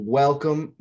welcome